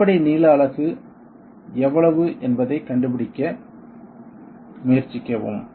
அடிப்படை நீள அலகு எவ்வளவு என்பதைக் கண்டுபிடிக்க முயற்சிக்கவும்